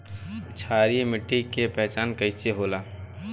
क्षारीय मिट्टी के पहचान कईसे होला?